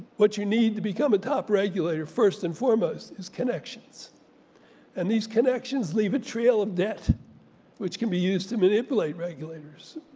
what you need to become a top regulator first and foremost is connections and these connections leave a trail of debt which can be used to manipulate regulators.